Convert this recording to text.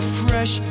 fresh